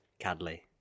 Cadley